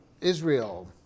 Israel